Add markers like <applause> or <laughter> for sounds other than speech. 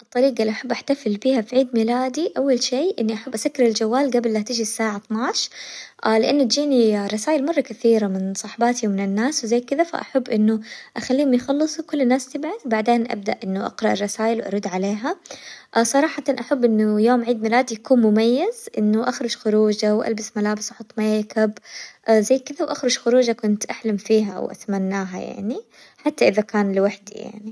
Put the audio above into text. الطريقة اللي أحب أحتفل فيها في عيد ميلادي أول شي إني أحب أسكر الجوال قبل لا تيجي الساعة اثنا عشر، <hesitation> لأنه تجيني رسايل مرة كثيرة من صحباتي ومن الناس وزي كذا، فأحب إنه أخليهم يخلصوا وكل الناس تبعت بعدين أبدأ إنه أقرأ الرسايل وأرد عليها، <hesitation> صراحةً أحب إنه يوم عيد ميلادي يكون مميز إنه أخرج خروجة وألبس ملابس وأحط ميكاب، <hesitation> زي كذا وأخرج خروجة كنت أحلم فيها أو أتمناها يعني، حتى إذا كان لوحدي يعني.